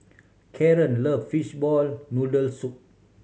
Karen love fishball noodle soup